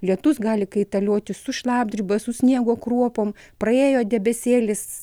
lietus gali kaitaliotis su šlapdriba su sniego kruopom praėjo debesėlis